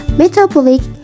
metabolic